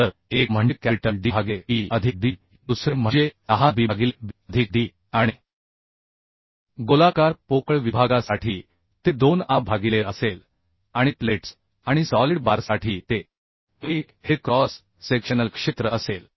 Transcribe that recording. तर एक म्हणजे कॅपिटल D भागिले b अधिक d दुसरे म्हणजे लहान b भागिले b अधिक d आणि गोलाकार पोकळ विभागासाठी ते 2 a भागिले π असेल आणि प्लेट्स आणि सॉलिड बारसाठी ते a a हे क्रॉस सेक्शनल क्षेत्र असेल